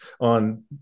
on